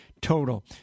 total